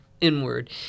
inward